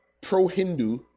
pro-Hindu